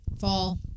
fall